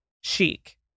Chic